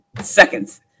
seconds